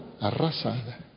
arrasada